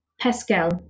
Pascal